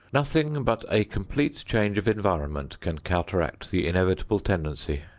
nothing but a complete change of environment can counteract the inevitable tendency.